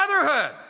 brotherhood